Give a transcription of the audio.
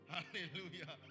Hallelujah